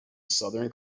southern